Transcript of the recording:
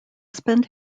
spend